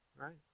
right